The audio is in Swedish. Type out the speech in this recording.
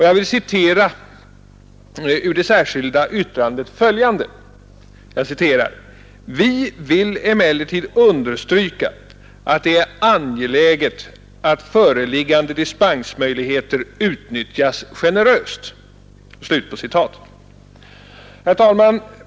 Jag vill citera följande ur det särskilda yttrandet: ”Vi vill emellertid understryka, att det är angeläget att föreliggande dispensmöjligheter utnyttjas generöst.” Herr talman!